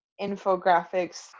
infographics